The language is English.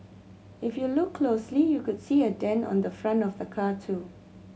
if you look closely you could see a dent on the front of the car too